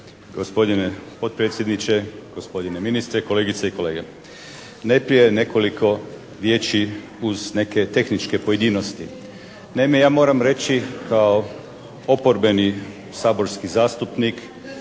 Gospodine potpredsjedniče, gospodine ministre, kolegice i kolege. Najprije nekoliko riječi uz neke tehničke pojedinosti. Naime ja moram reći kao oporbeni saborski zastupnik